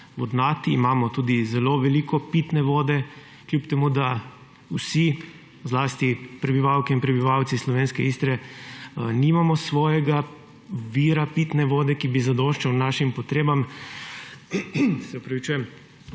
vodnati, imamo tudi zelo veliko pitne vode, kljub temu da vsi, zlasti prebivalke in prebivalci slovenske Istre, nimamo svojega vira pitne vode, ki bi zadoščal našim potrebam, še posebej